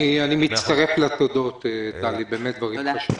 אני מצטרף לתודות, טלי, באמת דברים חשובים.